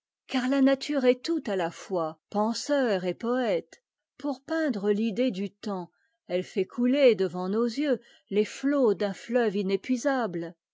car ta nature est tout à ta fois penseur et poète pour peindre t'idée du temps eue fait coûter devant nos yeux les flots d'un ceuve inépuisable